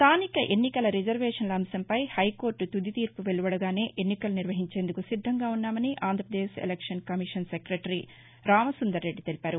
స్థానిక ఎన్నికల రిజర్వేషన్ల అంశంపై హైకోర్లు తుది తీర్పు వెలువడగానే ఎన్నికలు నిర్వహించేందుకు సిద్దంగా ఉన్నామని Andhra Pradesh election commission secretary Ramasundar Reddy తెలిపారు